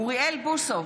אוריאל בוסו,